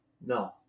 No